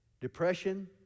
depression